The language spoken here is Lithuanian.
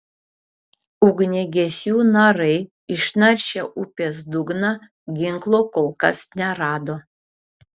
ugniagesių narai išnaršę upės dugną ginklo kol kas nerado